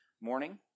morning